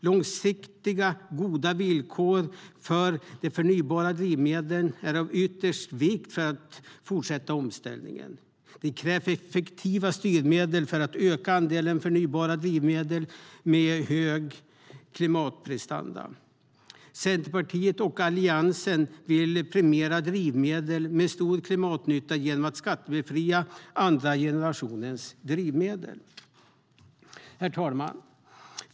Långsiktiga och goda villkor för de förnybara drivmedlen är av yttersta vikt för en fortsatt omställning. Det krävs effektiva styrmedel för att öka andelen förnybara drivmedel med hög klimatprestanda. Centerpartiet och Alliansen vill premiera drivmedel med stor klimatnytta genom att skattebefria andra generationens drivmedel. Herr talman!